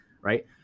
right